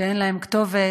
שאין להם כתובת,